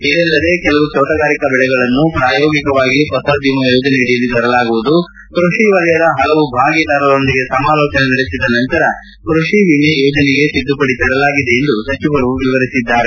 ಇದಲ್ಲದೇ ಕೆಲವು ತೋಟಗಾರಿಕೆ ಬೆಳೆಗಳನ್ನು ಪ್ರಾಯೋಗಿಕವಾಗಿ ಫಸಲ್ಬಿಮಾ ಯೋಜನೆಯಡಿಯಲ್ಲಿ ತರಲಾಗುವುದು ಕೃಷಿ ವಲಯದ ಹಲವು ಭಾಗೀದಾರರೊಂದಿಗೆ ಸಮಾಲೋಚನೆ ನಡೆಸಿದ ನಂತರ ಕೃಷಿ ವಿಮೆ ಯೋಜನೆಗೆ ತಿದ್ದುಪಡಿ ತರಲಾಗಿದೆ ಎಂದು ಅವರು ವಿವರಿಸಿದ್ದಾರೆ